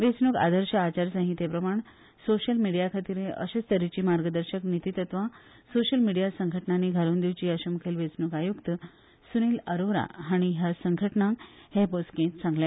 वेचणूक आदर्श आचारसंहितेप्रमाण सोशियल मीडीयाखातीरूय अशेच तरेची मार्गदर्शक नितीतत्वा सोशियल मीडिया संघटनानी घालून दिवची अशे मुखेल वेचणूक आयुक्त सुनिल अरोरा हाणी ह्या संघटनांक हे बसकेत सांगले